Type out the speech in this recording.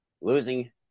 losing